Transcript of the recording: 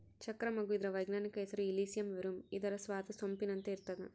ಚಕ್ರ ಮಗ್ಗು ಇದರ ವೈಜ್ಞಾನಿಕ ಹೆಸರು ಇಲಿಸಿಯಂ ವೆರುಮ್ ಇದರ ಸ್ವಾದ ಸೊಂಪಿನಂತೆ ಇರ್ತಾದ